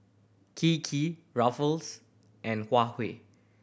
Kiki Ruffles and Huawei